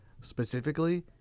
specifically